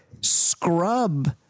scrub